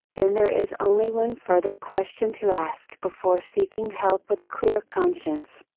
then there is only one further question to ask before seeking help with a clear conscience.